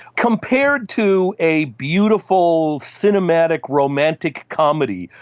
compared to a beautiful, cinematic, romantic comedy,